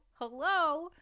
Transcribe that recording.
Hello